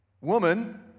Woman